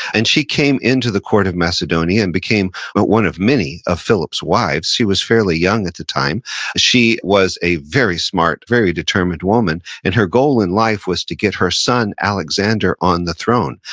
and she came into the court of macedonia and became but one of many of philip's wives. she was fairly young at the time she was a very smart, very determined woman. and her goal in life was to get her son, alexander, on the throne,